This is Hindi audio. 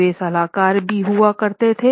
वे सलाहकार भी हुआ करते थे